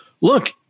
look